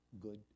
good